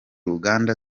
uganda